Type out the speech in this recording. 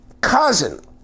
cousin